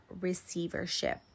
receivership